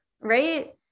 Right